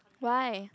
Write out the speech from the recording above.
why